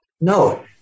No